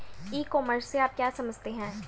E commerce से आप क्या समझते हैं?